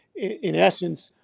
in essence,